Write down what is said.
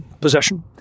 possession